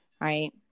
Right